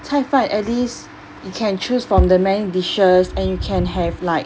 菜饭 at least you can choose from the many dishes and you can have like